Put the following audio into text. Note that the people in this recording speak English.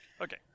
Okay